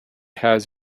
has